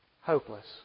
Hopeless